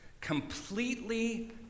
completely